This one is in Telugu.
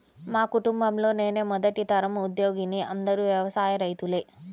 మా కుటుంబంలో నేనే మొదటి తరం ఉద్యోగిని అందరూ వ్యవసాయ రైతులే